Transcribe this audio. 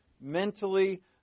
mentally